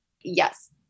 yes